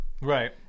Right